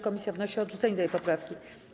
Komisja wnosi o odrzucenie tej poprawki.